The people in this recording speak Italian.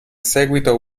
seguito